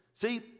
See